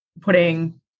putting